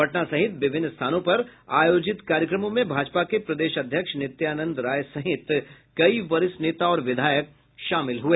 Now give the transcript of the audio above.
पटना सहित विभिन्न स्थानों पर आयोजित कार्यक्रमों में भाजपा के प्रदेश अध्यक्ष नित्यानंद राय सहित कई वरिष्ठ नेता और विधायक शामिल हुए